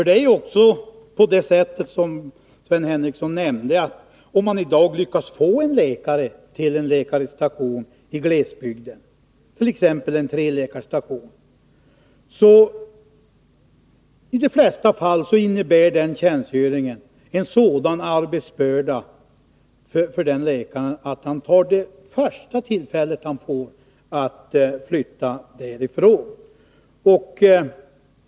Det är också på det sättet, som Sven Henricsson nämnde, att om man i dag lyckas få en läkare till en läkarstation i glesbygden, t.ex. en treläkarstation, innebär den tjänstgöringen i de flesta fall en sådan arbetsbörda för läkaren att han tar det första tillfället han får att flytta därifrån.